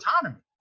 autonomy